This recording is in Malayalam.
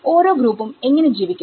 ഓരോ ഗ്രൂപ്പും എങ്ങനെ ജീവിക്കുന്നു